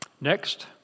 Next